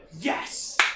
Yes